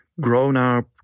grown-up